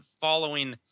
following